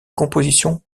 compositions